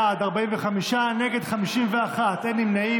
בעד, 45, נגד, 51, אין נמנעים.